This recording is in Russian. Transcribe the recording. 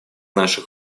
наших